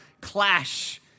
clash